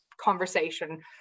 conversation